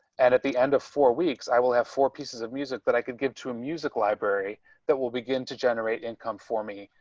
and at the end of four weeks, i will have four pieces of music that i could give to a music library that will begin to generate income for me,